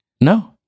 No